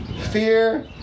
Fear